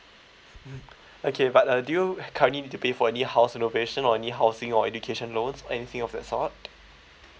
mm okay but uh do you currently need to pay for any house renovation or any housing or education loans anything of that sort